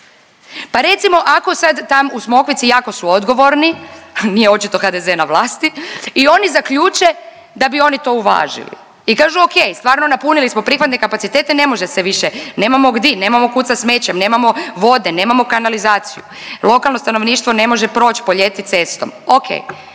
Pa recimo ako sad tam u Smokvici jako su odgovorni, nije očito HDZ na vlasti i oni zaključe da bi oni to uvažili. I kažu ok, stvarno napunili smo prihvatne kapacitete, ne može se više, nemamo gdi, nemamo kud sa smećem, nemamo vode, nemamo kanalizaciju, lokalno stanovništvo ne može proć po ljeti cestom, ok.